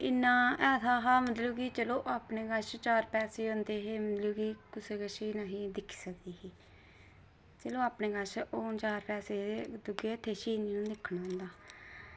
इन्ना ऐसा हा मतलब कि चलो अपने कश चार पैसे औंदे हे मतलब कि कुसै कशा नेहे दिक्खी सकदी ही चलो अपने कश होन चार पैसे ते दूए हत्थें आसे निं दिक्खन होंदा